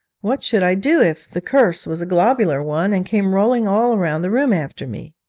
what should i do if the curse was a globular one and came rolling all round the room after me?